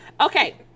okay